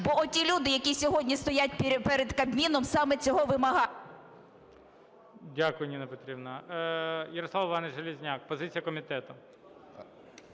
бо ті люди, які сьогодні стоять перед Кабміном, саме цього вимагають. ГОЛОВУЮЧИЙ. Дякую, Ніна Петрівна. Ярослав Іванович Железняк, позиція комітету.